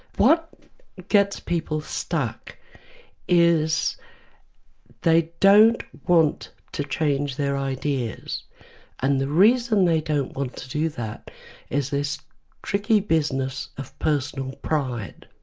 what gets people stuck is they don't want to change their ideas and the reason they don't want to do that is this tricky business of personal pride.